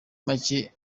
make